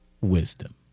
wisdom